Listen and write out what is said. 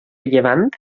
llevant